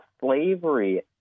slavery